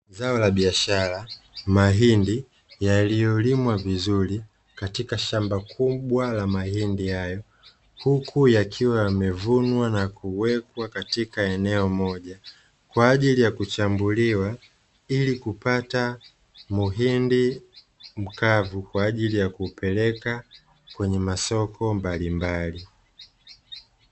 Zao la biashara la mahindi yaliyolimwa vizuri katika shamba kubwa la mahindi hayo. Huku yakiwa yamevunwa na kuwekwa katika eneo moja kwa ajili ya kuchambuliwa, ili kupata muhindi mkavu kwa ajili ya kuupeleka kwenye masoko mbalimbali.